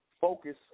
focus